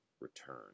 return